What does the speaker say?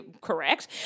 correct